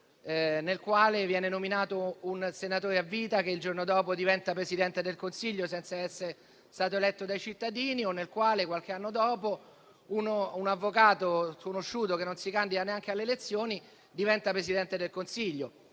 anni, viene nominato un senatore a vita che il giorno dopo diventa Presidente del Consiglio senza essere stato eletto dai cittadini o nel quale, qualche anno dopo uno, un avvocato sconosciuto che non si candida neanche alle elezioni diventa Presidente del Consiglio.